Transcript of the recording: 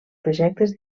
projectes